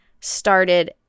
started